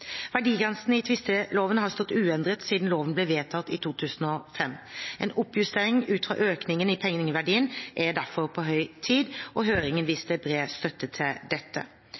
Verdigrensene i tvisteloven har stått uendret siden loven ble vedtatt i 2005. En oppjustering ut fra økningen i pengeverdien er derfor på høy tid, og høringen viste bred støtte til dette.